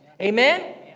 Amen